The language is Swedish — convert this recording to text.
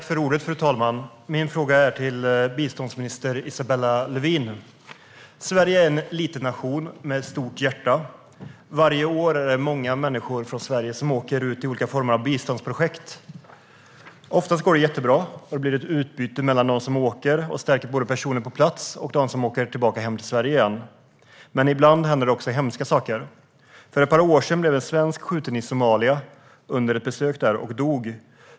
Fru talman! Min fråga är till biståndsminister Isabella Lövin. Sverige är en liten nation med ett stort hjärta. Varje år är det många människor från Sverige som åker ut i olika former av biståndsprojekt. Oftast går det jättebra. Det blir ett utbyte som stärker både dem på plats och dem som åker tillbaka hem till Sverige. Men ibland händer det hemska saker. För ett par år sedan blev en svensk skjuten i Somalia under ett besök där och dog.